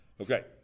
Okay